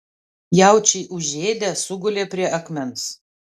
jaučiai užėdę sugulė prie akmens